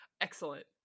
Excellent